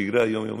בשגרה היומיומית.